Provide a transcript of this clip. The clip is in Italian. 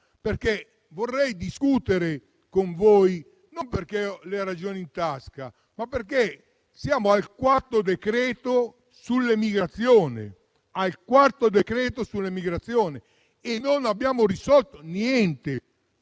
vorrei discuterne con voi non perché ho le ragioni in tasca, ma perché siamo al quarto decreto-legge sull'immigrazione e non abbiamo risolto niente.